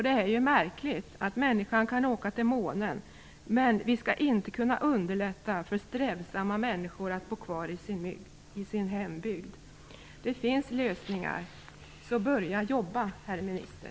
Det är märkligt att människan kan åka till månen samtidigt som vi inte skall kunna underlätta för strävsamma människor att bo kvar i sin hembygd. Det finns lösningar, så börja jobba, herr minister!